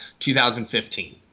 2015